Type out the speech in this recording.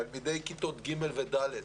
תלמידי כיתות ג' ו-ד'